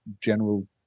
general